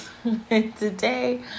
today